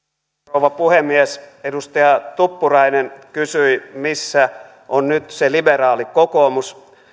rouva puhemies edustaja tuppurainen kysyi missä on nyt se liberaali kokoomus